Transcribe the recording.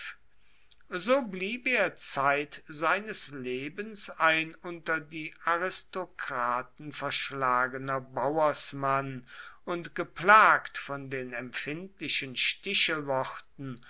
so blieb er zeit seines lebens ein unter die aristokraten verschlagener bauersmann und geplagt von den empfindlichen